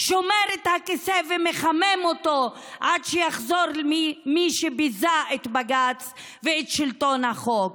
שומר את הכיסא ומחמם אותו עד שיחזור מי שביזה את בג"ץ ואת שלטון החוק.